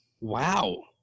Wow